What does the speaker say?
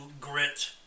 grit